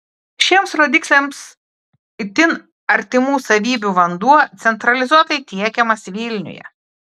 šiems rodikliams itin artimų savybių vanduo centralizuotai tiekiamas vilniuje